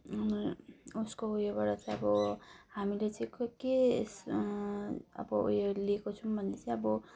अनि उसको उयोबाट चाहिँ अब हामीले चाहिँ कोही के अब उयो लिएको छौँ भन्दा चाहिँ अब